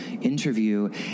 interview